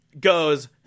goes